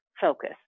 focus